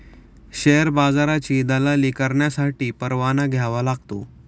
share बाजाराची दलाली करण्यासाठी परवाना घ्यावा लागतो